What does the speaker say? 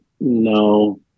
no